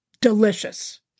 delicious